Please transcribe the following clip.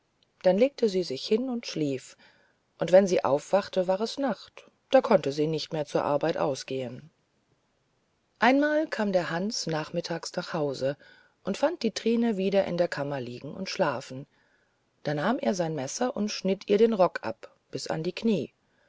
dann legte sie sich hin und schlief und wenn sie aufwachte war es nacht da konnte sie nicht mehr zur arbeit ausgehen einmal kam der hans nachmittags nach haus und fand die trine wieder in der kammer liegen und schlafen da nahm er sein messer und schnitt ihr den rock ab bis an die knie